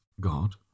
God